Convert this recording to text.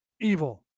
evil